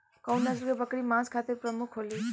कउन नस्ल के बकरी मांस खातिर प्रमुख होले?